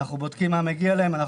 בודקים מה מגיע להם,